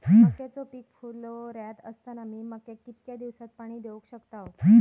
मक्याचो पीक फुलोऱ्यात असताना मी मक्याक कितक्या दिवसात पाणी देऊक शकताव?